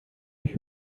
ich